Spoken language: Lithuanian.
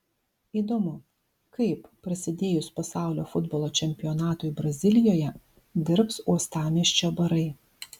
įdomu kaip prasidėjus pasaulio futbolo čempionatui brazilijoje dirbs uostamiesčio barai